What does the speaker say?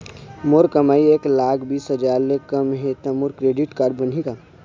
मोर कमाई एक लाख बीस हजार ले कम हे त मोर क्रेडिट कारड बनही का?